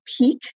peak